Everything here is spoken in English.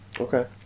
Okay